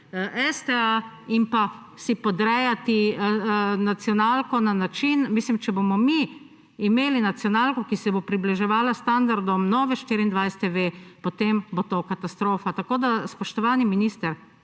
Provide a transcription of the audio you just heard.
in si podrejati nacionalko na način … Če bomo mi imeli nacionalko, ki se bo približevala standardom Nove24TV, potem bo to katastrofa. Spoštovani minister,